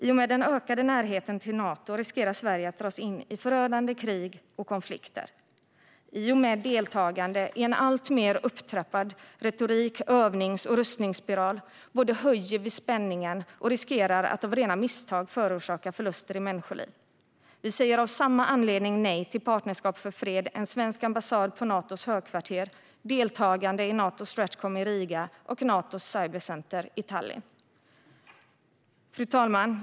I och med den ökade närheten till Nato riskerar Sverige att dras in i förödande krig och konflikter, och i och med deltagandet i en alltmer upptrappad retorik, övnings och rustningsspiral både höjer vi spänningen och riskerar att av rena misstag förorsaka förluster i människoliv. Vänsterpartiet säger av samma anledning nej till Partnerskap för fred, en svensk ambassad på Natos högkvarter, deltagande i Nato Stratcom i Riga och i Natos cybercenter i Tallinn. Fru talman!